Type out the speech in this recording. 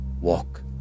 walk